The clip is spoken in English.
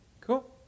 Cool